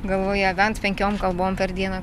galvoje bent penkiom kalbom per dieną